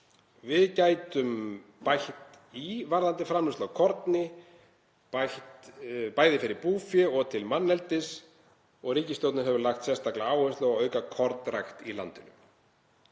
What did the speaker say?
Við gætum bætt í framleiðslu á korni, bæði fyrir búfé og til manneldis, og ríkisstjórnin hefur lagt sérstaka áherslu á að auka kornrækt í landinu.